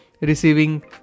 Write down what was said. receiving